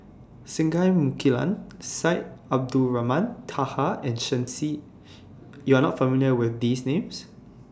Singai Mukilan Syed Abdulrahman Taha and Shen Xi YOU Are not familiar with These Names